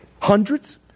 Hundreds